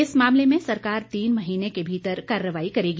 इस मामले में सरकार तीन महीने के भीतर कार्रवाई करेगी